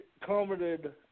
commented